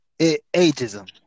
ageism